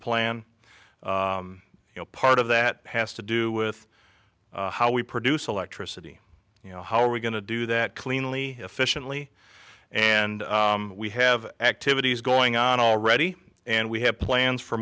plan you know part of that has to do with how we produce electricity you know how are we going to do that cleanly efficiently and we have activities going on already and we have plans for